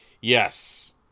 Yes